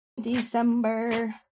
December